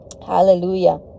Hallelujah